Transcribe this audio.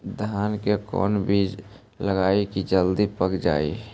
धान के कोन बिज लगईयै कि जल्दी पक जाए?